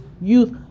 Youth